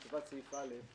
בפרט סעיף (א),